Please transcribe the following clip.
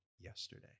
yesterday